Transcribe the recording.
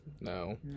No